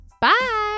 Bye